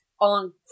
on